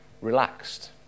relaxed